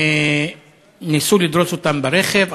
ניסו לדרוס אותם ברכב,